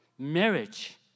Marriage